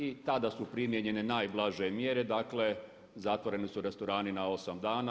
I tada su primijenjene najblaže mjere, dakle zatvoreni su restorani na 8 dana.